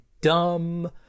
dumb